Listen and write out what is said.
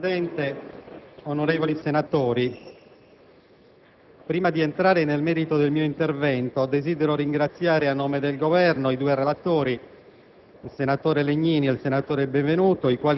Signor Presidente, onorevoli senatori, prima di entrare nel merito del mio intervento, desidero ringraziare a nome del Governo i due relatori,